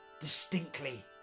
distinctly